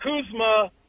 Kuzma